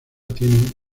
tiene